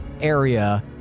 area